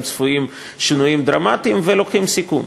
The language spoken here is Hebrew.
צפויים שינויים דרמטיים ולוקחות סיכון.